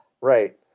Right